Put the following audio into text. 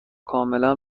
کاملا